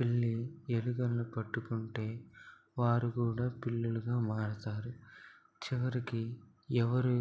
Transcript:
పిల్లి ఎలుకలను పట్టుకుంటే వారు కూడా పిల్లులుగా మారుతారు చివరికి ఎవరు